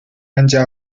参加